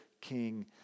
King